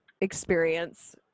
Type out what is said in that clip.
experience